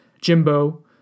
Jimbo